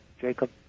Jacob